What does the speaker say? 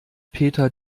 peter